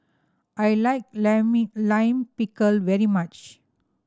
I like Lime Pickle very much